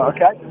Okay